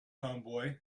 homeboy